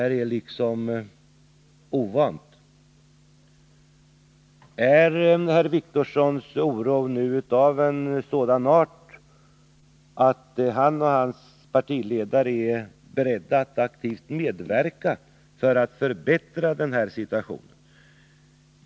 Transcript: Är herr Wictorssons och det Måndagen den socialdemokratiska partiets oro nu av en sådan art att han och hans 16 februari 1981 partiledare är beredda att aktivt medverka för att förbättra den här situationen?